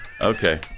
Okay